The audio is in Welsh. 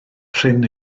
prin